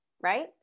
right